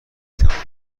توانید